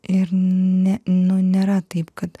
ir ne nu nėra taip kad